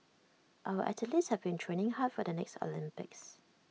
our athletes have been training hard for the next Olympics